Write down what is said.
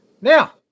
Now